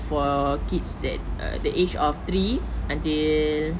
for kids that uh the age of three until